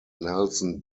nelson